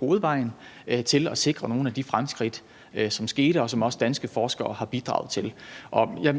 hovedvejen, til at sikre nogle af de fremskridt, som skete, og som også danske forskere har bidraget til.